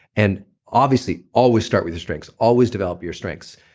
and obviously, always start with your strengths. always develop your strengths.